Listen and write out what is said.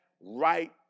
right